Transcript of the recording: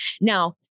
Now